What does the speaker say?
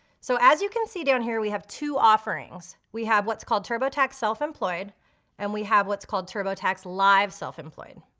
so as you can see down here we have two offerings. we have what's called turbotax self-employed and we have what's called turbotax live self-employed.